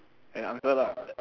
eh answer lah